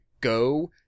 go